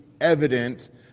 evident